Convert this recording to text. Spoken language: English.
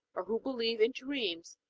or who believe in dreams,